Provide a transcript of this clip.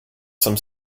some